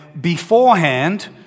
beforehand